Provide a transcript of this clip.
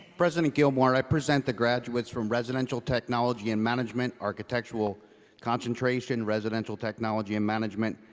president gilmour, i present the graduates from residential technology and management, architectural concentration, residential technology and management,